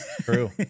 true